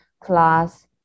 class